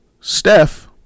Steph